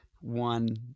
one